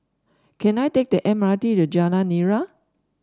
can I take the M R T to Jalan Nira